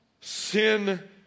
Sin